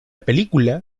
película